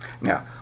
Now